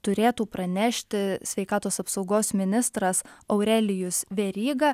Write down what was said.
turėtų pranešti sveikatos apsaugos ministras aurelijus veryga